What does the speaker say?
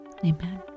Amen